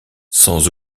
sans